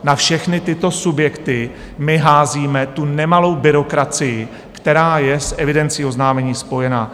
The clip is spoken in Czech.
Na všechny tyto subjekty my házíme tu nemalou byrokracii, která je s evidencí oznámení spojena.